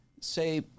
say